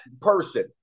person